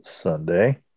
Sunday